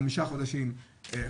חמישה חודשים,